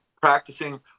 practicing